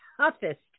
toughest